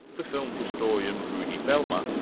the film historian rudi belmer,